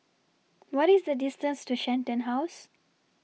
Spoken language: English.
What IS The distance to Shenton House